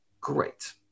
Great